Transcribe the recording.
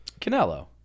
Canelo